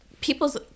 people's